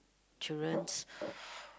children's